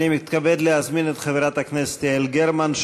אני מתכבד להזמין את חברת הכנסת יעל גרמן.